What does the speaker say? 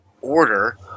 order